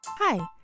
Hi